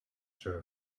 sure